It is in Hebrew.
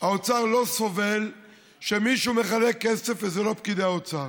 האוצר לא סובל שמישהו מחלק כסף וזה לא פקידי האוצר.